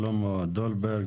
שלמה דולברג,